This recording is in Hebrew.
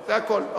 זה הכול.